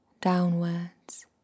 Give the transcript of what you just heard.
downwards